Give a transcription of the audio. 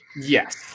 Yes